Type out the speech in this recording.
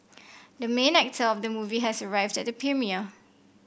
the main actor of the movie has arrived at the premiere